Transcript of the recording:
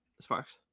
sparks